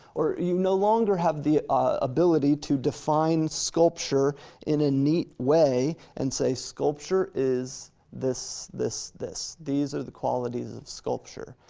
or you no longer have the ability to define sculpture in a neat way and say sculpture is this, this, this, these are the qualities of sculpture,